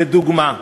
לדוגמה: